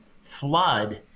flood